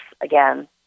again